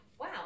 wow